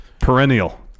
Perennial